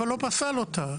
אבל לא פסל אותה.